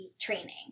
training